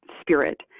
spirit